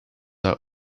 out